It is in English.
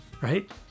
right